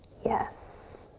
yes.